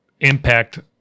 impact